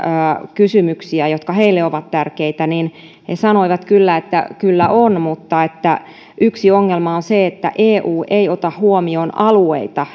kysymyksiä jotka heille ovat tärkeitä ja he kyllä sanoivat että kyllä on ajanut mutta että yksi ongelma on on se että eu ei ota huomioon alueita